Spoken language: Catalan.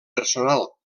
personal